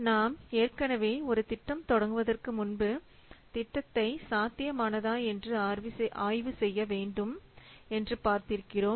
நாம் ஏற்கனவே ஒரு திட்டம் தொடங்குவதற்கு முன்பு திட்டத்தை சாத்தியமானதா என்று ஆய்வு செய்ய வேண்டும் என்று பார்த்திருக்கிறோம்